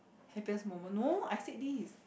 happiest moment no I said this